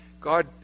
God